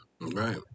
Right